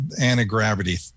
Anti-gravity